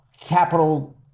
capital